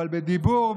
אבל בדיבור,